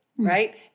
Right